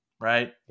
right